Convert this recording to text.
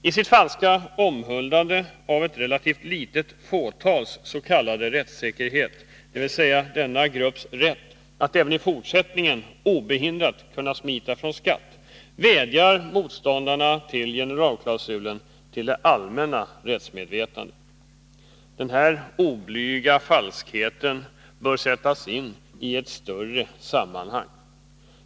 I sitt falska omhuldande av ett relativt litet fåtals s.k. rättssäkerhet, dvs. denna grupps rätt att även i fortsättningen obehindrat kunna smita från skatt, vädjar motståndarna till generalklausulen till det allmänna rättsmedvetandet. Denna oblyga falskhet bör sättas in i ett större sammahang.